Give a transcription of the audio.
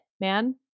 man